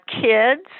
kids